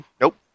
Nope